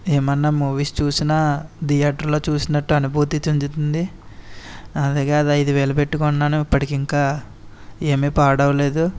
ఏమన్నా మూవీస్ చూసినా థియేటర్లో చూసినట్టు అనుభూతి చెందుతుంది అది కాదు ఐదు వేలు పెట్టి కొన్నాను ఇప్పటికి ఇంకా ఏమి పాడు అవ్వలేదు